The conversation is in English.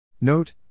Note